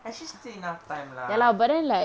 actually still enough time lah